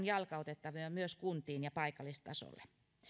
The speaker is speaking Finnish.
jalkautettava myös kuntiin ja paikallistasolle juuri